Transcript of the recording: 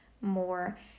more